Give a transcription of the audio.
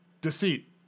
Deceit